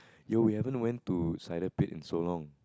yo we haven't went to sided pit in so long